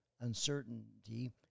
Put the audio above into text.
uncertainty